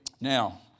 Now